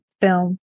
film